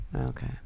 Okay